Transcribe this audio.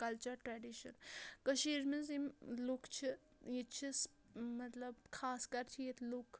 culture tradition کٔشیٖرِ منٛز یِم لُکھ چھ ییٚتہِ چھ مطلب خاص کَر چھِ ییٚتہِ لُکھ